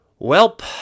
Welp